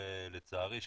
לצערי,